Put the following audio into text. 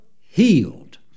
healed